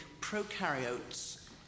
prokaryotes